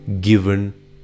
given